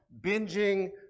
binging